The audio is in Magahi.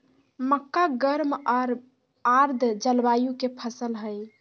मक्का गर्म आर आर्द जलवायु के फसल हइ